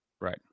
right